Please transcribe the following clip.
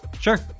Sure